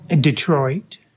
Detroit